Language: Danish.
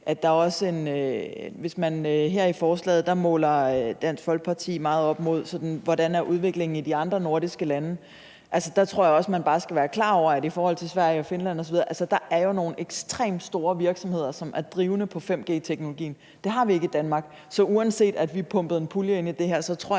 kommer flere mennesker til gavn. Her i forslaget måler Dansk Folkeparti det meget op imod, hvordan udviklingen er i de andre nordiske lande, og der tror jeg bare man skal være klar over, at i Sverige og Finland osv. er der nogle ekstremt store virksomheder, som er drivende på 5G-teknologien, og det har vi ikke i Danmark, så uanset at vi pumper en pulje ind i det her, tror jeg